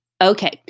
Okay